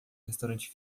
restaurante